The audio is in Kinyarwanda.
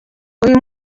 uyu